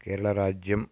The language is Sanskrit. केरळराज्यम्